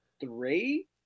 three